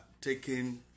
taking